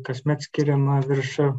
kasmet skiriama virš